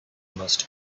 must